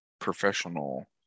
professional